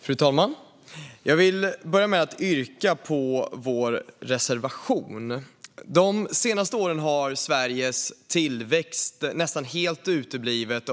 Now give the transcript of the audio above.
Fru talman! Jag vill börja med att yrka bifall till vår reservation. Riksrevisionens rapport om regionala exportcentrum De senaste åren har Sveriges tillväxt nästan helt uteblivit.